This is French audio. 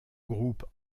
groupe